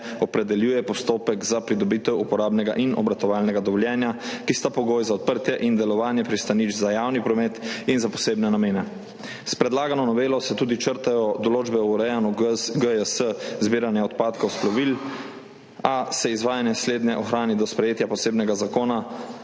opredeljuje postopek za pridobitev uporabnega in obratovalnega dovoljenja, ki sta pogoj za odprtje in delovanje pristanišč za javni promet in za posebne namene. S predlagano novelo se črtajo tudi določbe o urejanju GJS zbiranja odpadkov s plovil, a se izvajanje slednjega ohrani do sprejetja posebnega zakona,